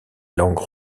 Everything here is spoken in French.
langues